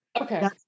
okay